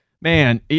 man